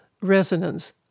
resonance